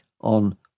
on